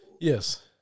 Yes